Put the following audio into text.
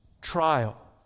trial